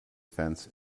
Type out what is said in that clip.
fence